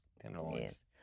tenderloins